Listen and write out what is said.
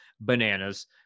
bananas